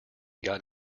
got